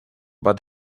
but